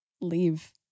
leave